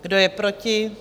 Kdo je proti?